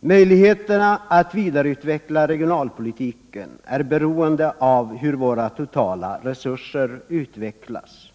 Möjligheterna att vidareutveckla regionalpolitiken är beroende av hur våra totala resurser utvecklas.